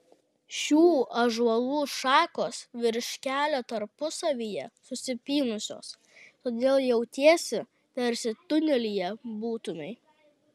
šių ąžuolų šakos virš kelio tarpusavyje susipynusios todėl jautiesi tarsi tunelyje būtumei